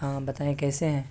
ہاں بتائیں کیسے ہیں